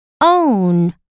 Own